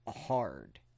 hard